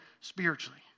spiritually